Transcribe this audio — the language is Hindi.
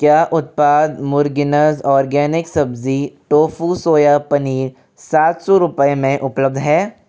क्या उत्पाद मुरगिनज़ ऑर्गेनिक सब्ज़ी टोफू सोया पनीर सात सौ रुपये में उपलब्ध है